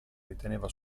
riteneva